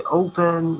open